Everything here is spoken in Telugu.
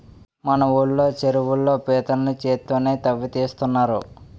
మన ఊళ్ళో చెరువుల్లో పీతల్ని చేత్తోనే తవ్వి తీస్తున్నారు